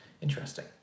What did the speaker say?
Interesting